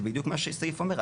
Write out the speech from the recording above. זה בדיוק מה שהסעיף אומר,